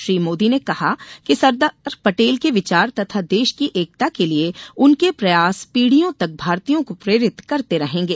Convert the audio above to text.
श्री मोदी ने कहा है कि सरदार पटेल के विचार तथा देश की एकता के लिये उनके प्रयास पीड़ियों तक भारतीयों को प्रेरित करते रहेंगे